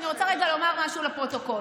אני רוצה רגע לומר משהו לפרוטוקול.